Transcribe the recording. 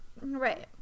right